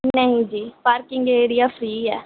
ਨਹੀਂ ਜੀ parking area free ਹੈ